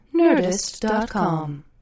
Nerdist.com